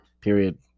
Period